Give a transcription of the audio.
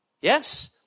Yes